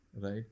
right